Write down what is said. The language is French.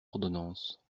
ordonnance